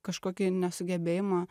kažkokį nesugebėjimą